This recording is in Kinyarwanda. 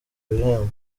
ibihembo